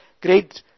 great